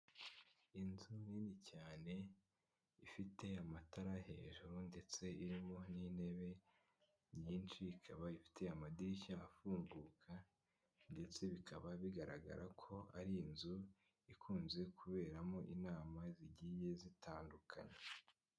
Inzu nini cyane ifite amatara hejuru ndetse irimo n'intebe nyinshi, ikaba ifite amadirishya afunguka ndetse bikaba bigaragara ko ari inzu ikunze kuberamo inama zigiye zitandukanye.